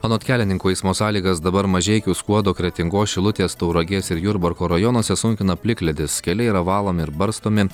anot kelininkų eismo sąlygas dabar mažeikių skuodo kretingos šilutės tauragės ir jurbarko rajonuose sunkina plikledis keliai yra valomi ir barstomi